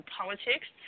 politics